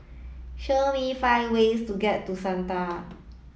show me five ways to get to Sanaa